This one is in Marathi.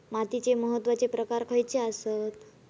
मातीचे महत्वाचे प्रकार खयचे आसत?